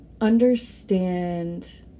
understand